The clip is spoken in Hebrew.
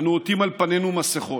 אנו עוטים על פנינו מסכות,